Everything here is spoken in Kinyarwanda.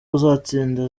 uzatsinda